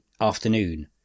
afternoon